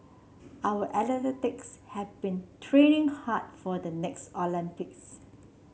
our have been training hard for the next Olympics